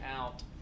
out